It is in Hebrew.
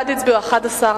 בעד הצביעו 11,